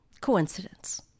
coincidence